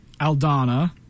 Aldana